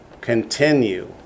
continue